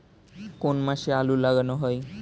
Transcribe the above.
কোন মাসে আলু লাগানো হয়?